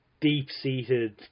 deep-seated